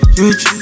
rich